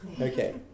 Okay